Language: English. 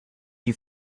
you